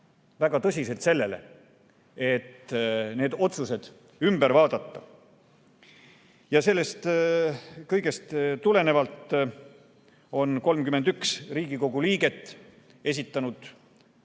väga tõsiselt sellele, et need otsused tuleb ümber vaadata. Sellest kõigest tulenevalt on 31 Riigikogu liiget algatanud